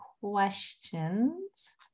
questions